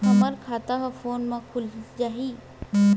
हमर खाता ह फोन मा खुल जाही?